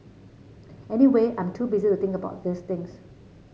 anyway I'm too busy to think about these things